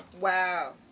Wow